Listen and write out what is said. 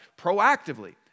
proactively